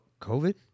COVID